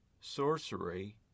sorcery